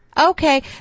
Okay